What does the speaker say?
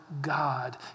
God